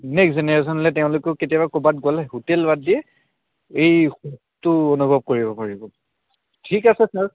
next জেনেৰেচনলে তেওঁলোকেও কেতিয়াবা ক'ৰবাত গ'লে হোটেল বাদ দি এই সুখটো অনুভৱ কৰিব পাৰিব ঠিক আছে ছাৰ